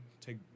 Take